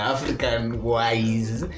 African-wise